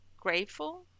grateful